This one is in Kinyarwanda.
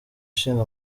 ishinga